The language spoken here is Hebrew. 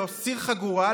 להסיר חגורה,